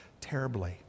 terribly